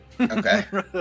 Okay